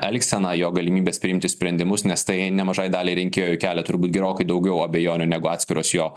elgseną jo galimybes priimti sprendimus nes tai nemažai daliai rinkėjų kelia turbūt gerokai daugiau abejonių negu atskiros jo